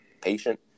patient